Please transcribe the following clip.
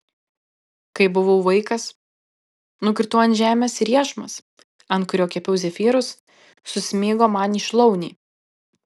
kai buvau vaikas nukritau ant žemės ir iešmas ant kurio kepiau zefyrus susmigo man į šlaunį